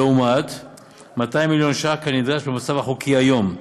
לעומת 200 מיליון ש"ח כנדרש במצב החוקי היום,